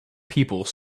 people